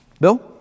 Bill